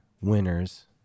winners